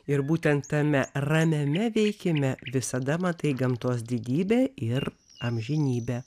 ir būtent tame ramiame veikime visada matai gamtos didybę ir amžinybę